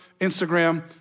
Instagram